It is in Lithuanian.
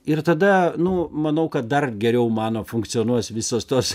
ir tada nu manau kad dar geriau mano funkcionuos visos tos